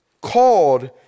called